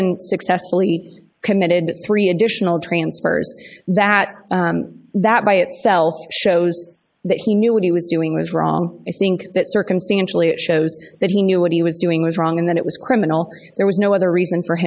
then successfully committed three additional transfers that that by itself shows that he knew what he was doing was wrong i think that circumstantially shows that he knew what he was doing was wrong and that it was criminal there was no other reason for